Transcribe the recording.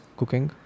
cooking